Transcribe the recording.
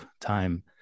time